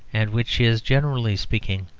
and which is, generally speaking,